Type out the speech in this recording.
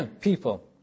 people